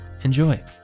Enjoy